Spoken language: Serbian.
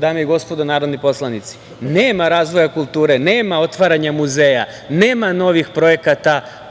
dame i gospodo narodni poslanici, nema razvoja kulture, nema otvaranja muzeja, nema novih projekata